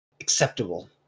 acceptable